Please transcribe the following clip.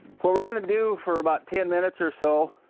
what we are going to do for about ten minutes or so,